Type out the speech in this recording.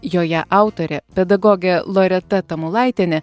joje autorė pedagogė loreta tamulaitienė